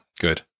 Good